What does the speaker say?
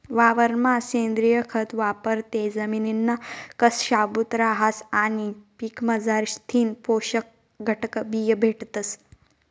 वावरमा सेंद्रिय खत वापरं ते जमिनना कस शाबूत रहास आणि पीकमझारथीन पोषक घटकबी भेटतस